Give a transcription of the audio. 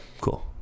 cool